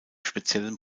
speziellen